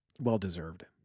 Well-deserved